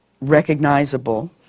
recognizable